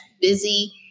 busy